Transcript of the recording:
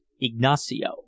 Ignacio